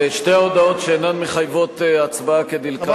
ואת שתי ההודעות שאינן מחייבות הצבעה כדלקמן,